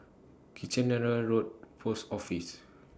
Kitchener Road Post Office